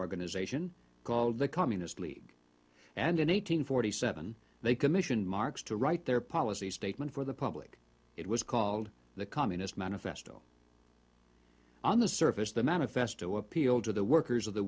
organization called the communist league and in eight hundred forty seven they commissioned marx to write their policy statement for the public it was called the communist manifesto on the surface the manifesto appealed to the workers of the